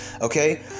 okay